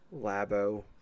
Labo